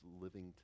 living